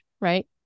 right